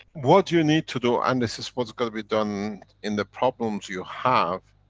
what you need to do and this is what's got to be done in the problems you have,